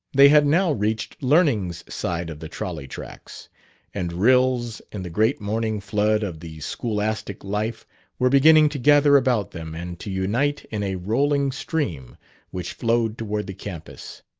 they had now reached learning's side of the trolley-tracks, and rills in the great morning flood of the scholastic life were beginning to gather about them and to unite in a rolling stream which flowed toward the campus.